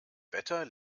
wetter